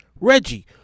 Reggie